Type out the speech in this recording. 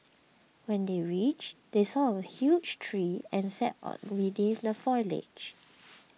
when they reached they saw a huge tree and sat beneath the foliage